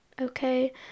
okay